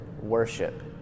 worship